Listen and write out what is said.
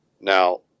Now